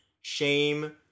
Shame